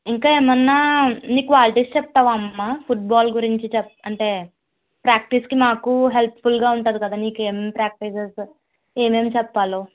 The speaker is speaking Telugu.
ఇంకా ఏమన్నా నీ క్వాలిటీస్ చెప్తావా అమ్మ ఫుట్బాల్ గురించి చెప్తా అంటే ప్రాక్టీస్కి మాకు హెల్ప్ఫుల్గా ఉంటుంది కదా నీకేం ప్రాక్టీస్ చేస్తే నీకు ఏమేం చెప్పాలో